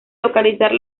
localizar